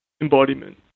embodiment